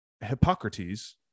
hippocrates